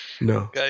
No